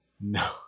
No